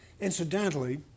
incidentally